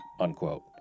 unquote